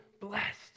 blessed